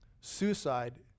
suicide